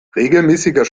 regelmäßiger